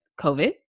COVID